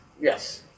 Yes